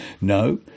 No